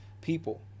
people